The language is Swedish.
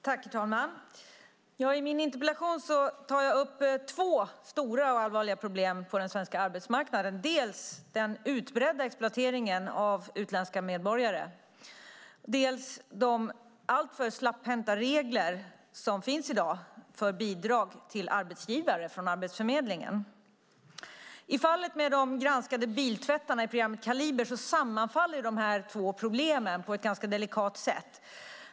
Herr talman! I min interpellation tar jag upp två stora och allvarliga problem på den svenska arbetsmarknaden. Det är dels den utbredda exploateringen av utländska medborgare, dels de alltför slapphänta regler som i dag finns för bidrag till arbetsgivare från Arbetsförmedlingen. I fallet med de granskade biltvättarna i programmet Kaliber sammanfaller dessa två problem på ett ganska delikat sätt.